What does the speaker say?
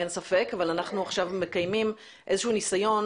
אין ספק אבל אנחנו עכשיו מקיימים איזשהו ניסיון